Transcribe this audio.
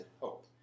hope